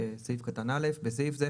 בסעיף זה,